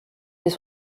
fait